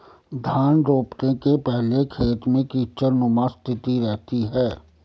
धान रोपने के पहले खेत में कीचड़नुमा स्थिति रहती है